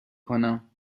کنم